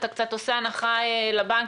אתה עושה הנחה לבנקים,